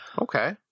Okay